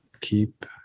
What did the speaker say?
keep